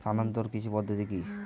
স্থানান্তর কৃষি পদ্ধতি কি?